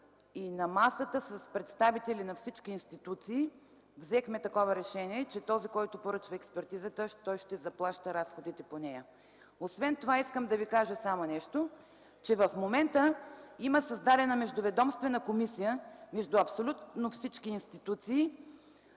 и на масата с представители на всички институции взехме такова решение, че този, който поръчва експертизата, ще заплаща разходите по нея. Освен това искам да ви кажа само още нещо. В момента има създадена Междуведомствена комисия между абсолютно всички институции